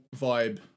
vibe